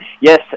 yes